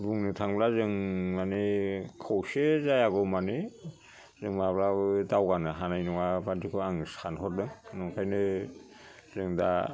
बुंनो थांब्ला जों मानि खौसे जायागौमानि जों माब्लाबो दावगानो हानाय नङा बादिखौ आं सानहरदों नंखायनो जों दा